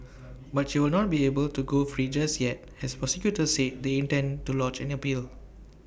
but she will not be able to go free just yet as prosecutors said they intend to lodge an appeal